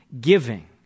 giving